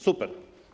Super.